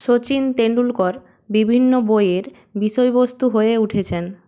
শচীন তেণ্ডুলকর বিভিন্ন বইয়ের বিষয়বস্তু হয়ে উঠেছেন